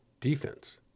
defense